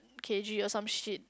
K G or some shit